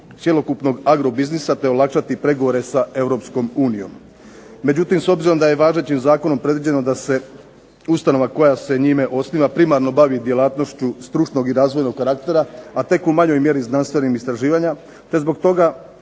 cjelokupnog agro biznisa te olakšati pregovore sa Europskom unijom. Međutim s obzirom da je važećim zakonom predviđeno da se ustanova koja se njime osniva primarno bavi djelatnošću stručnog i razvojnog karaktera, a tek u manjoj mjeri znanstvenim istraživanjem, te zbog toga